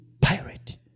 Pirate